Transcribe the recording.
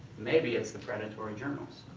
maybe it's the predatory journals.